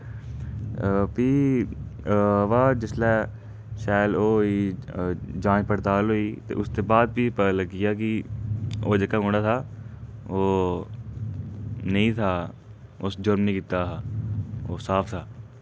फ्ही बाद जिसलै शैल ओह् होई जांच पड़ताल होई ते उसदे बाद फ्ही पता लग्गेआ कि ओह् जेह्का मुड़ा हा ओह् नेईं हा उस जुर्म नि कीता हा ओह् साफ हा